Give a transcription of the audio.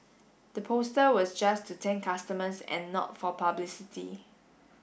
the poster was just to thank customers and not for publicity